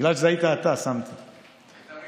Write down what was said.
בגלל שזה היית אתה, שמתי לב.